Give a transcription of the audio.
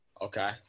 okay